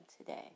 today